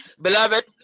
beloved